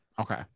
Okay